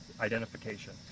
identification